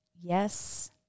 Yes